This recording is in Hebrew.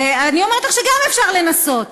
ואני אומרת לך שגם אפשר לנסות.